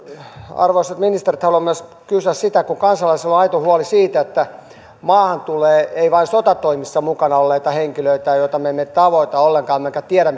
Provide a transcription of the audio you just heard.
arvoisat ministerit haluan myös kysyä sitä kun kansalaisilla on aito huoli ei vain siitä että maahan tulee ei vain sotatoimissa mukana olleita henkilöitä joita me emme tavoita ollenkaan emmekä tiedä